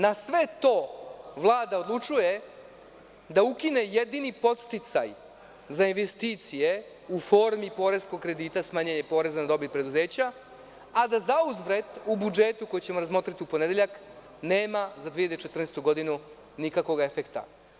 Na sve to Vlada odlučuje da ukine jedini podsticaj za investicije u formi poreskog kredita, smanjenje poreza na dobit preduzeća, a da zauzvrat u budžetu, koji ćemo razmotriti u ponedeljak, nema za 2014. godinu nikakvog efekta.